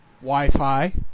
Wi-Fi